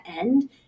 end